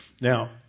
Now